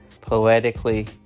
poetically